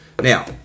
Now